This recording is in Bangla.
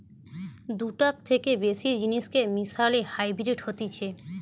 দুটার থেকে বেশি জিনিসকে মিশালে হাইব্রিড হতিছে